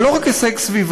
אבל לא רק הישג סביבתי.